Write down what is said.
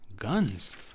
Guns